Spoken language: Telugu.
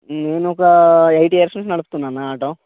నేను ఒక ఎయిట్ ఇయర్స్ నుంచి నడుపుతున్నా అన్న ఆటో